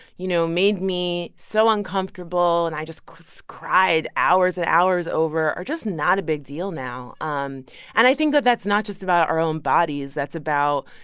you know, made me so uncomfortable and i just so cried hours and hours over are just not a big deal now. um and and i think that that's not just about our own bodies that's about,